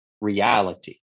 reality